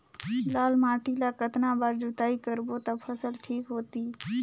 लाल माटी ला कतना बार जुताई करबो ता फसल ठीक होती?